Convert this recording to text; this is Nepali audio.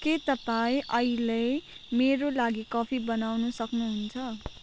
के तपाईँ अहिल्यै मेरा लागि कफी बनाउन सक्नुहुन्छ